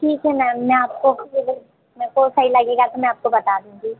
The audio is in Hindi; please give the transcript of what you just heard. ठीक है मैम मैं आपको मे को सही लगेगा तो मैं आपको बता दूँगी